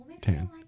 tan